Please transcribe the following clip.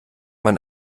man